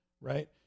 right